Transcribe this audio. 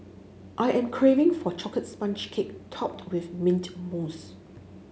I am craving for a chocolate sponge cake topped with mint mousse